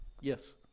Yes